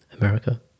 America